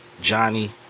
Johnny